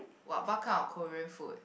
what what kind of Korean food